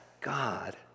God